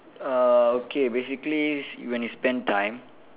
uh okay basically s~ when you spend time